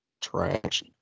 Trash